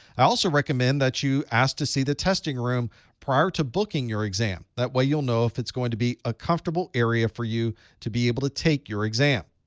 i also recommend that you ask to see the testing room prior to booking your exam that way you'll know if it's going to be a comfortable area for you to be able to take your exam.